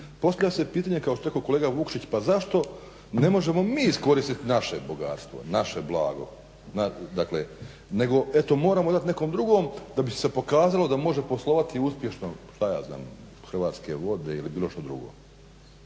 postavlja se pitanje kao što je rekao kolega Vukšić pa zašto ne možemo mi iskoristiti naše bogatstvo, naše blago. Dakle, nego eto moramo dat nekom drugom da bi se pokazalo da može poslovati uspješno šta ja znam Hrvatske vode ili bilo šta drugo.